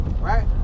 Right